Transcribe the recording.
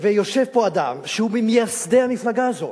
יושב פה אדם שהוא ממייסדי המפלגה הזאת.